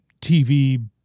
TV